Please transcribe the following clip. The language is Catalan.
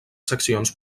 seccions